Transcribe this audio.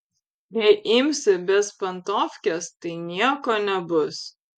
jei imsi bezpantovkes tai nieko nebus